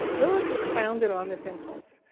lilith was founded on this impulse,